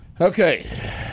Okay